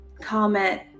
comment